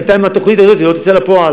בינתיים התוכנית הזאת לא תצא לפועל.